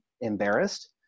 embarrassed